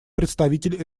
представитель